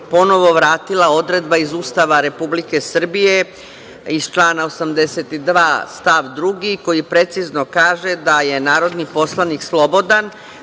ponovo vratila odredba iz Ustava Republike Srbije iz člana 82. stav 2. koja precizno kaže da je narodni poslanik slobodan